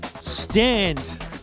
stand